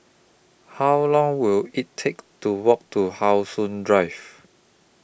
How Long Will IT Take to Walk to How Sun Drive